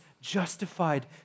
justified